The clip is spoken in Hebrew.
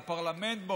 הפרלמנט,